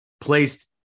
placed